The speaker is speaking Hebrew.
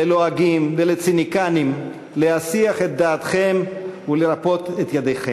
ללועגים ולציניקנים להסיח את דעתכם ולרפות את ידיכם.